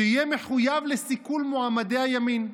שיהיה מחויב לסיכול מועמדי הימין.